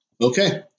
Okay